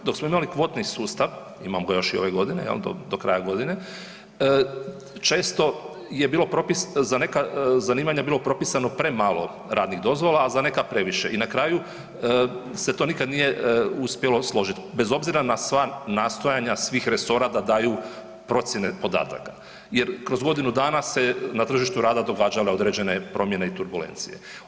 Dok smo imali kvotni sustav, imamo ga još i ove godine do kraja godine, često je bilo propisano, za neka zanimanja je bilo propisano premalo radnih dozvola, a za neka previše i na kraju se to nikad nije uspjelo složiti bez obzira na sva nastojanja svih resora da daju procjene podataka jer kroz godinu dana se je na tržištu rada događale određene promjene i turbulencije.